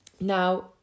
Now